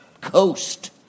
Coast